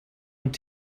und